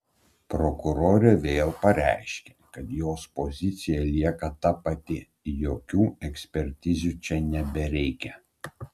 prokurorė vėl pareiškė kad jos pozicija lieka ta pati jokių ekspertizių čia nebereikia